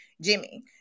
Jimmy